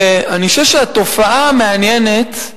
ואני חושב שהתופעה המעניינת,